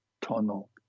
tunnel